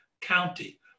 county